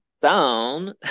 down